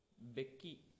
Becky